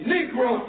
Negro